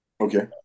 Okay